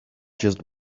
just